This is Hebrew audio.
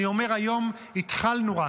אני אומר היום: התחלנו רק.